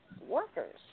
workers